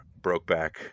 Brokeback